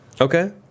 Okay